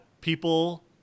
people